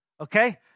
Okay